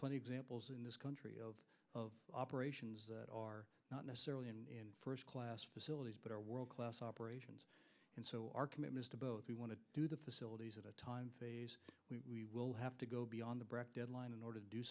plenty of examples in this country of operations that are not necessarily in first class facilities but are world class operations and so our commitments to both we want to do the facilities at a time phase we will have to go beyond the brac deadline in order to do